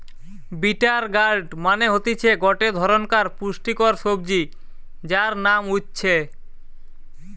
bitter gourd মানে হতিছে গটে ধরণকার পুষ্টিকর সবজি যার নাম উচ্ছে